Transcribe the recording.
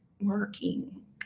working